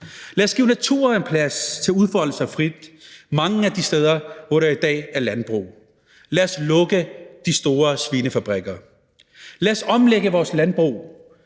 Lad os give naturen plads til at udfolde sig frit mange af de steder, hvor der i dag er landbrug. Lad os lukke de store svinefabrikker. Lad os omlægge vores landbrug,